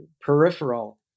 peripheral